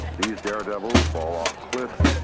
these daredevils fall off cliffs,